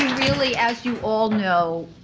really, as you all know,